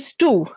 two